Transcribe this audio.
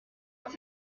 être